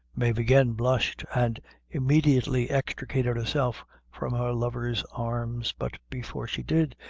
mave again blushed, and immediately extricated herself from her lover's arms, but before she did,